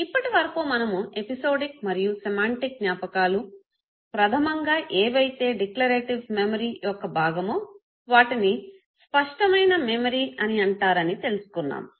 ఇప్పటి వరకు మనము ఎపిసోడిక్ మరియు సెమాంటిక్ జ్ఞాపకాలు ప్రధమంగా ఏవైతే డిక్లరేటివ్ మెమరీ యొక్క భాగమో వాటిని స్పష్టమైన మెమరీ explicit memory అని అంటారని తెలుసుకున్నాము